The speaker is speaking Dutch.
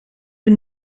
een